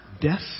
death